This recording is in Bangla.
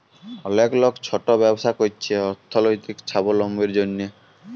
অলেক লক ছট ব্যবছা ক্যইরছে অথ্থলৈতিক ছাবলম্বীর জ্যনহে